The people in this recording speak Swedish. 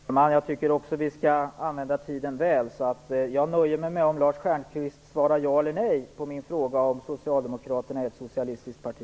Herr talman! Jag tycker också att vi skall använda tiden väl. Jag nöjer mig därför med att Lars Stjernkvist svarar ja eller nej på min fråga om Socialdemokraterna är ett socialistiskt parti.